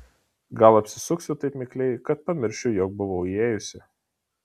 gal apsisuksiu taip mikliai kad pamiršiu jog buvau įėjusi